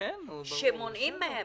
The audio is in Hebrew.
שמונעים מהם?